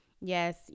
yes